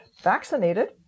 vaccinated